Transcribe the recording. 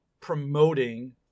promoting